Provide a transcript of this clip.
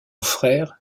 frère